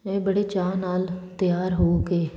ਇਹ ਬੜੇ ਚਾਅ ਨਾਲ ਤਿਆਰ ਹੋ ਕੇ